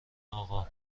اقا